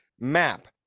map